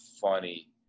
funny